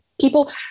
people